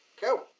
Go